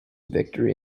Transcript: victory